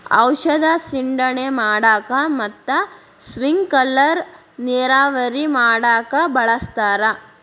ಔಷದ ಸಿಂಡಣೆ ಮಾಡಾಕ ಮತ್ತ ಸ್ಪಿಂಕಲರ್ ನೇರಾವರಿ ಮಾಡಾಕ ಬಳಸ್ತಾರ